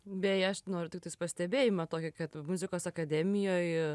beje aš noriu tiktais pastebėjimą tokį kad muzikos akademijoj